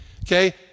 Okay